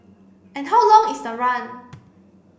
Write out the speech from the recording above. and how long is the run